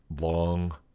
long